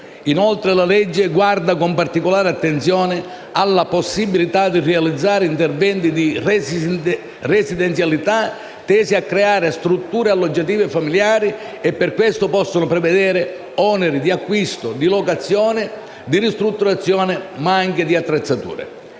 in esame guarda con particolare attenzione alla possibilità di realizzare interventi di residenzialità tesi a creare strutture alloggiative familiari e, per questo, possono prevedere oneri di acquisto, di locazione, di ristrutturazione e anche di attrezzature.